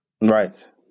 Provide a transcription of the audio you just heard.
Right